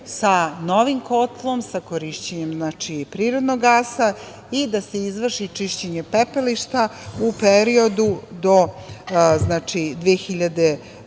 sa novim kotlom, sa korišćenjem prirodnog gasa i da se izvrši čišćenje pepelišta u periodu od 2022.